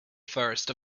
first